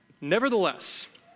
Nevertheless